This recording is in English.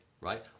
Right